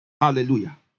Hallelujah